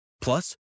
Plus